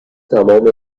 تمام